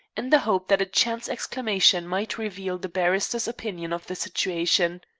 in the hope that a chance exclamation might reveal the barrister's opinion of the situation.